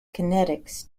kinetics